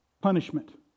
punishment